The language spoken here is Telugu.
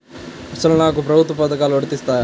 అసలు నాకు ప్రభుత్వ పథకాలు వర్తిస్తాయా?